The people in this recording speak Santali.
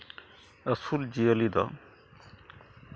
ᱟᱹᱥᱩᱞ ᱡᱤᱭᱟᱹᱞᱤ ᱫᱚ